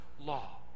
law